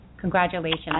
Congratulations